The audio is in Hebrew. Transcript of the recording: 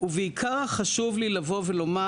ובעיקר חשוב לי לומר,